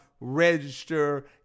Register